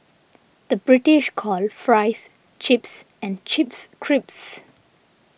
the British calls Fries Chips and Chips Crisps